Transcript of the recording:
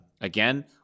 Again